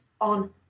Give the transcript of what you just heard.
on